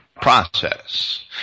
process